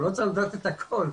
הוא לא צריך לדעת את הכול,